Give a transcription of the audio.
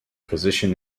position